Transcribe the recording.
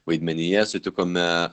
vaidmenyje sutikome